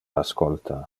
ascolta